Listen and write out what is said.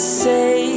say